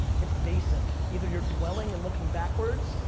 it's basic. either you're dwelling and looking backwards,